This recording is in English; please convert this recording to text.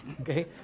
okay